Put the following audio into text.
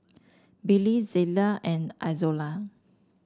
Billy Zela and Izola